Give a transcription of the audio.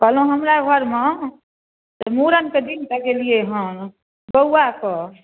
कहलहुँ हमरा घरमे मुड़नके दिन तकेलियै हँ बउआ कऽ